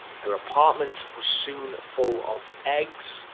her apartment was soon full of eggs,